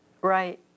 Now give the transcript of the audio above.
Right